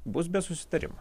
bus be susitarimo